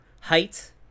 height